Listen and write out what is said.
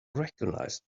recognize